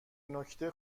نکته